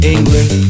England